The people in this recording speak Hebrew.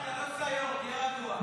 --- תהיה רגוע.